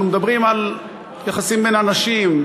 אנחנו מדברים על יחסים בין אנשים,